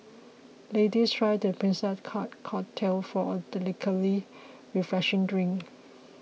ladies try the Princess Cut cocktail for a delicately refreshing drink